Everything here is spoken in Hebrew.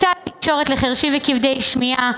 סל תקשורת לחירשים וכבדי שמיעה,